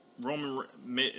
Roman